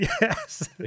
Yes